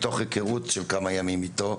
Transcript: מתוך היכרות של כמה ימים איתו,